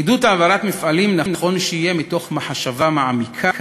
עידוד העברת מפעלים נכון שיהיה מתוך מחשבה מעמיקה,